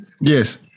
Yes